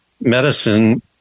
medicine